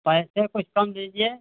पैसे कुछ कम लीजिए